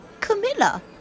Camilla